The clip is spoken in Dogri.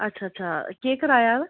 अच्छा अच्छा केह् कराया ऐ